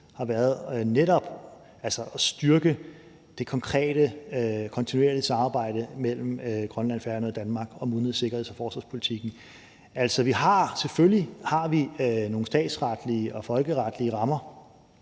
har netop været at styrke det konkrete, kontinuerlige samarbejde mellem Grønland, Færøerne og Danmark om udenrigs-, sikkerheds- og forsvarspolitikken. Altså, vi har selvfølgelig nogle statsretlige og folkeretlige rammer.